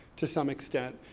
to some extent,